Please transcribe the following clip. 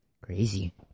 crazy